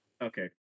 Okay